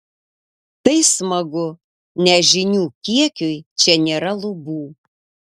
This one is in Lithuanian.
tai smagu nes žinių kiekiui čia nėra lubų